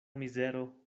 mizero